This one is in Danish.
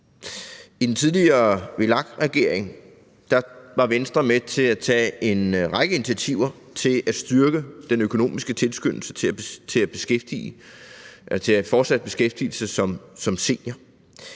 I den tidligere VLAK-regering var Venstre med til at tage en række initiativer til at styrke den økonomiske tilskyndelse til fortsat beskæftigelse som senior.